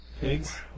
Pigs